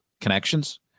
connections